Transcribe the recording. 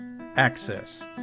Access